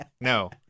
No